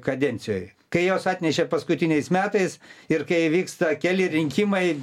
kadencijoj kai juos atnešė paskutiniais metais ir kai vyksta keli rinkimai